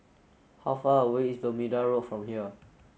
how far away is Bermuda Road from here